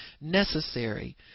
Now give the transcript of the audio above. necessary